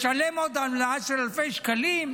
לשלם עוד עמלה של אלפי שקלים.